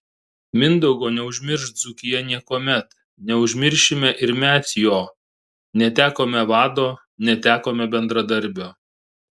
mindaugo neužmirš dzūkija niekuomet neužmiršime ir mes jo netekome vado netekome bendradarbio